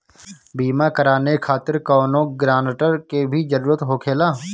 बीमा कराने खातिर कौनो ग्रानटर के भी जरूरत होखे ला?